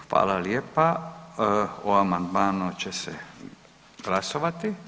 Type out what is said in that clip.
Hvala lijepa, o amandmanu će glasovati.